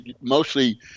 mostly